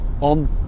on